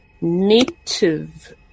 native